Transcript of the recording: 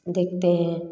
देखते हैं